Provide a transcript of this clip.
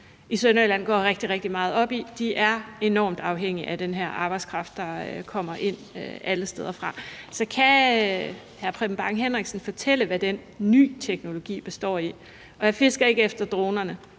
i Sønderjylland går rigtig, rigtig meget op i. De er enormt afhængige af den her arbejdskraft, der kommer ind alle steder fra. Så kan hr. Preben Bang Henriksen fortælle, hvad den nye teknologi består i? Og jeg fisker ikke efter dronerne.